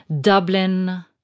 Dublin